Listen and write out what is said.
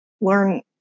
learn